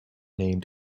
named